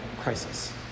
crisis